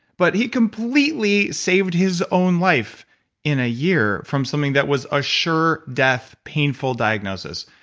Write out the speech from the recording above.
but he completely saved his own life in a year from something that was a sure death, painful diagnosis.